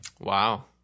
Wow